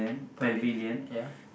pavi~ ya